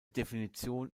definition